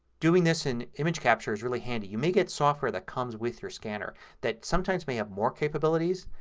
doing this in image capture is really handy. you may get software that comes with your scanner that sometimes may have more capabilities.